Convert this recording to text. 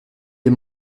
les